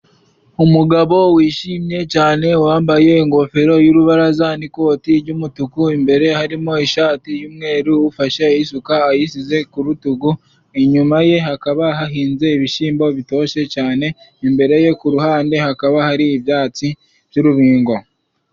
Umugabo wishimye cyane, wambaye ingofero y'urubaraza n'ikoti ry'umutuku, imbere harimo ishati y'umweru, ufashe isuka ayishyize ku rutugu, inyuma ye hakaba hahinze ibishyimbo bitoshye cyane, imbere ye ku ruhande hakaba hari ibyatsi by'urubingo.